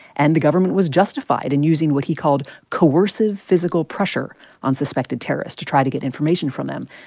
and the government was justified in using what he called coercive physical pressure on suspected terrorists to try to get information from them.